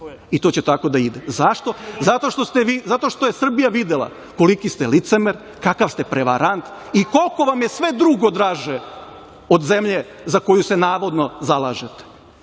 i to će tako da ide. Zašto? Zato što je Srbija videla koliki ste licemer, kakav ste prevarant i koliko vam je sve drugo draže od zemlje za koju se navodno zalažete. Dakle,